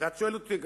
אתה שואל אותי: